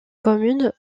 communes